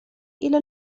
إلى